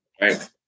Right